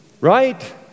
right